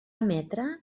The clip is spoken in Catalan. emetre